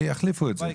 יחליפו אותה.